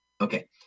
okay